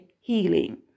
healing